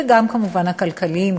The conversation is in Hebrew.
וגם כמובן הכלכליים,